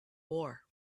war